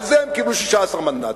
על זה הם קיבלו 16 מנדטים.